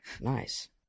Nice